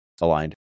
aligned